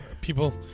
People